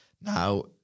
Now